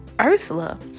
Ursula